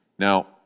Now